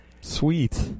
sweet